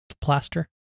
Plaster